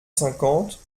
cinquante